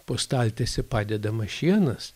po staltiese padedama šienas